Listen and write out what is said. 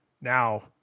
Now